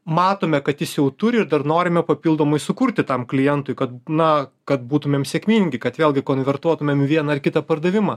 matome kad jis jau turi ir dar norime papildomai sukurti tam klientui kad na kad būtumėm sėkmingi kad vėlgi konvertuotumėm į vieną ar kitą pardavimą